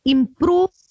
Improve